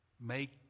Make